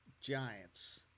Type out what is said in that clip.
Giants